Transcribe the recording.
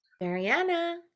Mariana